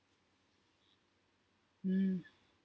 mm